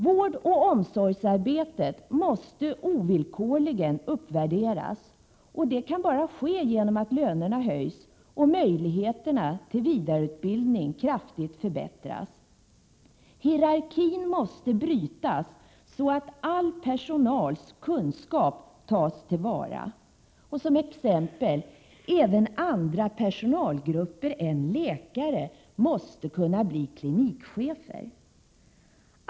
Vårdoch omsorgsarbetet måste ovillkorligen uppvärderas. Detta kan bara ske genom att lönerna höjs och möjligheterna till vidareutbildning kraftigt förbättras. Hierarkien måste brytas, så att all personals kunskap tas till vara. Exempelvis mäste även andra personalgrupper än läkare kunna bli klinikchefer.